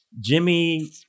Jimmy